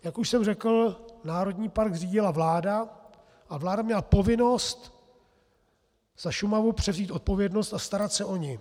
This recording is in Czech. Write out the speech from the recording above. Jak už jsem řekl, národní park zřídila vláda a vláda měla povinnost za Šumavu převzít odpovědnost a starat se o ni.